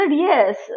yes